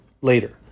later